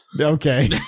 Okay